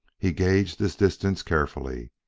he gauged his distance carefully,